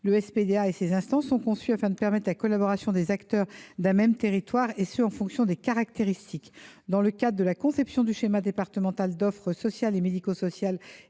Le SPDA et ses instances sont conçus afin de permettre la collaboration des acteurs d’un même territoire et la prise en compte des caractéristiques dudit territoire. Dans le cadre de la conception du schéma départemental d’organisation sociale et médico sociale